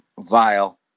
vile